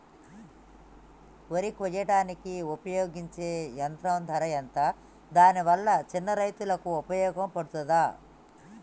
వరి కొయ్యడానికి ఉపయోగించే యంత్రం ధర ఎంత దాని వల్ల చిన్న రైతులకు ఉపయోగపడుతదా?